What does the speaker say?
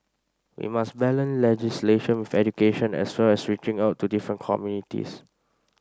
we must balance legislation with education as well as reaching out to different communities